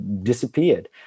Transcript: disappeared